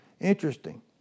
Interesting